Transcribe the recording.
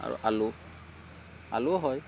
আৰু আলু আলুও হয়